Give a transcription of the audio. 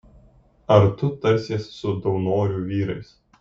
ar tu tarsies su daunorių vyrais